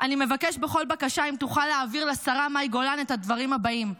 אני מבקש בכל בקשה אם תוכל להעביר לשרה מאי גולן את הדברים הבאים,